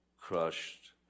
crushed